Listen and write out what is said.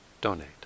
donate